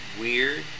weird